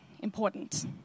important